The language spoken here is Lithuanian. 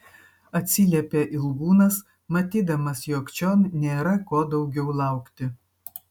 atsiliepė ilgūnas matydamas jog čion nėra ko daugiau laukti